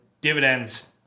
dividends